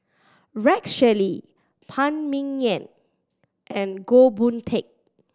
Rex Shelley Phan Ming Yen and Goh Boon Teck